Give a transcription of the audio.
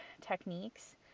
techniques